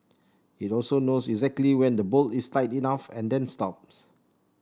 it also knows exactly when the bolt is tight enough and then stops